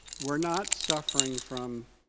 we're not suffering from